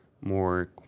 more